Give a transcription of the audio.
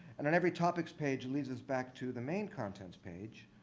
and then every topics page leads us back to the main contents page.